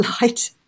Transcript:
light